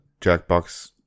jackbox